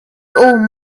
own